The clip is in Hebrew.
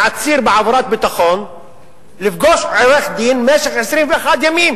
מעציר בעבירת ביטחון לפגוש עורך-דין במשך 21 ימים.